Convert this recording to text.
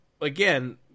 again